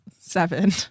Seven